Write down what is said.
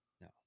No